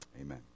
Amen